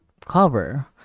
cover